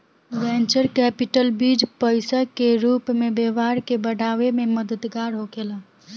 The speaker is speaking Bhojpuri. वेंचर कैपिटल बीज पईसा के रूप में व्यापार के बढ़ावे में मददगार होखेला